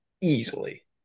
easily